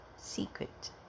Secret